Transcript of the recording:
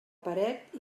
paret